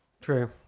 True